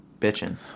bitching